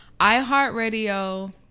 iHeartRadio